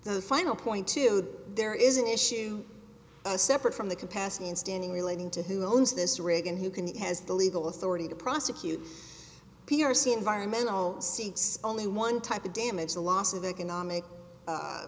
the final point to there is an issue a separate from the capacity and standing relating to who owns this rig and who can it has the legal authority to prosecute p r c environmental seeks only one type of damage a loss of economic